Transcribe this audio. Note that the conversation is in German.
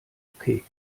okay